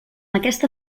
aquesta